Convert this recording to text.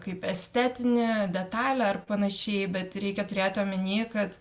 kaip estetinė detalė ar panašiai bet reikia turėti omeny kad